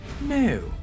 No